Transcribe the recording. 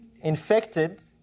Infected